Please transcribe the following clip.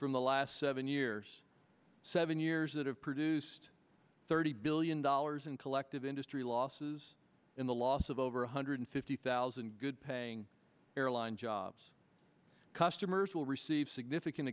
from the last seven years seven years that have produced thirty billion dollars in collective industry losses in the loss of over one hundred fifty thousand good paying airline jobs customers will receive significant